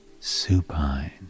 Supine